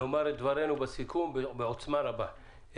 נאמר את דברנו בסיכום בעוצמה רבה.